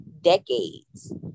decades